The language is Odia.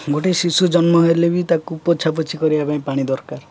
ଗୋଟେ ଶିଶୁ ଜନ୍ମ ହେଲେ ବି ତାକୁ ପୋଛାପୋଛି କରିବା ପାଇଁ ପାଣି ଦରକାର